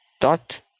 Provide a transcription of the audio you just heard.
dot